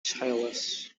childless